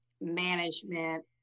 management